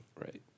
Right